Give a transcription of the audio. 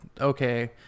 Okay